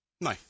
No